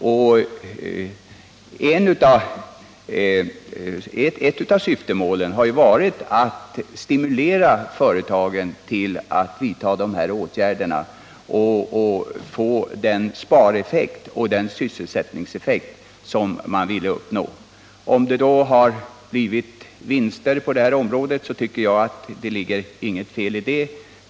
Men ett av syftemålen har just varit att stimulera företagen till att vidta dessa åtgärder för att få den spareffekt och sysselsättningseffekt som man vill uppnå. Om det därigenom har uppstått vinster på det här området är det enligt min mening inget fel i det.